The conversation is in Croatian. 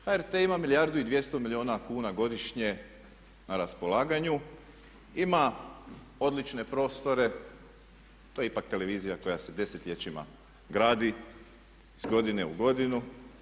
HRT ima milijardu i 200 milijuna kuna godišnje na raspolaganju, ima odlične prostore, to je ipak televizija koja se desetljećima gradi iz godine u godinu.